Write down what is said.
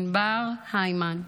ענבר הימן,